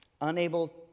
unable